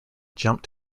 jumped